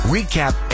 Recap